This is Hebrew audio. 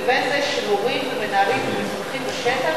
לבין זה שמורים ומנהלים ומפקחים בשטח